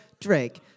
Drake